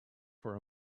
for